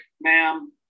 ma'am